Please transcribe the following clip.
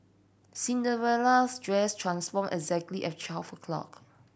Cinderella's dress transformed exactly at twelve o' clock